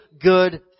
good